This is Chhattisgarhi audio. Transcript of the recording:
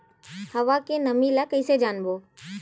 हवा के नमी ल कइसे जानबो?